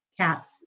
cats